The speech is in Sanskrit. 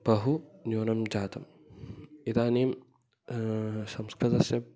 बहु न्यूनं जातम् इदानीं संस्कृतस्य